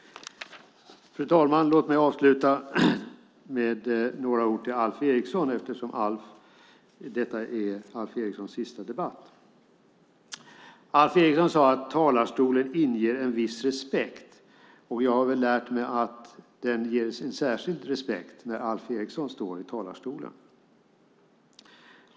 Fru talman! Låt mig avsluta med några ord till Alf Eriksson eftersom detta är Alf Erikssons sista debatt. Alf Eriksson sade att talarstolen inger en viss respekt. Jag har väl lärt mig att den inger särskild respekt när Alf Eriksson står i talarstolen.